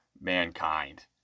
mankind